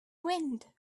wind